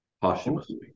posthumously